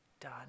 done